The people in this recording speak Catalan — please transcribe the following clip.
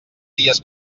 dies